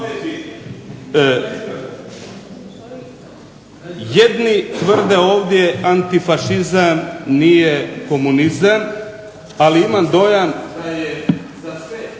Jedni tvrde ovdje antifašizam nije komunizam, ali imam dojam ...